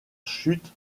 chute